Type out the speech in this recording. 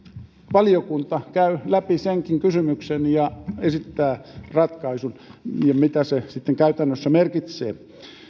valiokunta käy läpi senkin kysymyksen ja esittää ratkaisun mitä se sitten käytännössä merkitsee